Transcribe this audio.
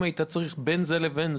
אם היית צריך לבחור בין זה לבין זה,